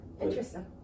interesting